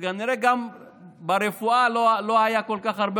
וכנראה גם ברפואה לא הייתה כל כך הרבה